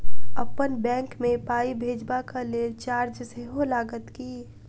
अप्पन बैंक मे पाई भेजबाक लेल चार्ज सेहो लागत की?